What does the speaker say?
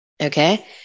Okay